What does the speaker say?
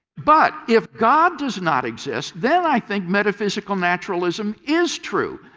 but if god does not exist then i think metaphysical naturalism is true.